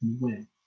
win